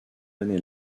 année